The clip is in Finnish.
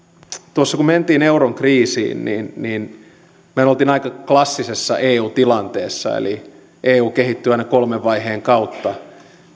tuossa kun mentiin euron kriisiin niin niin me olimme aika klassisessa eu tilanteessa eli eu kehittyy aina kolmen vaiheen kautta